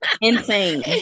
Insane